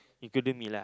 including me lah